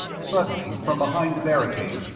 suddenly, from behind the barricade,